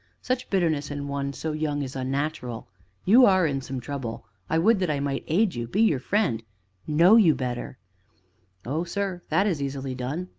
such bitterness in one so young is unnatural you are in some trouble, i would that i might aid you, be your friend know you better oh, sir! that is easily done.